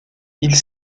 ils